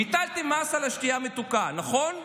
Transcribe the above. ביטלתם מס על השתייה המתוקה, נכון?